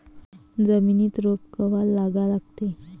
जमिनीत रोप कवा लागा लागते?